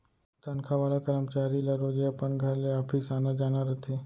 तनखा वाला करमचारी ल रोजे अपन घर ले ऑफिस आना जाना रथे